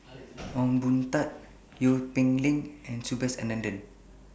Ong Boon Tat Seow Peck Leng and Subhas Anandan